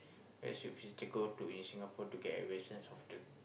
where should people go to in Singapore to get an essence of the